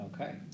Okay